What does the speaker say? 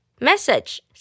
Message